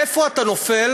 איפה אתה נופל?